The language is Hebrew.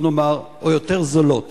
בא נאמר, או יותר זולות.